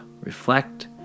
reflect